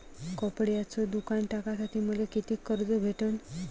कपड्याचं दुकान टाकासाठी मले कितीक कर्ज भेटन?